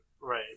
Right